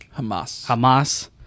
Hamas